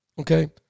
okay